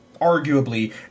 arguably